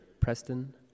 Preston